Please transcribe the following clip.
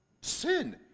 sin